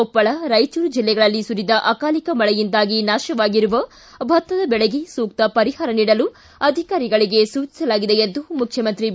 ಕೊಪ್ಪಳ ರಾಯಚೂರು ಜಿಲ್ಲೆಗಳಲ್ಲಿ ಸುರಿದ ಅಕಾಲಿಕ ಮಳೆಯಿಂದಾಗಿ ನಾಶವಾಗಿರುವ ಭತ್ತದ ಬೆಳೆಗೆ ಸೂಕ್ತ ಪರಿಹಾರ ನೀಡಲು ಅಧಿಕಾರಿಗಳಿಗೆ ಸೂಚಿಸಲಾಗಿದೆ ಎಂದು ಮುಖ್ಯಮಂತ್ರಿ ಬಿ